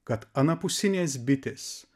kad anapusinės bitės